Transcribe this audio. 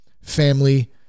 family